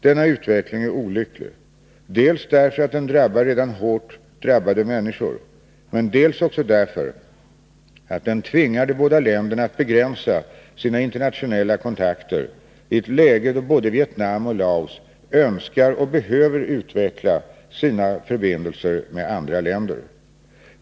Denna utveckling är olycklig, dels därför att den drabbar redan hårt drabbade människor, men dels också därför att den tvingar de båda länderna att begränsa sina internationella kontakter i ett läge då både Vietnam och Laos önskar och behöver utveckla sina förbindelser med andra länder.